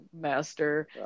master